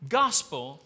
gospel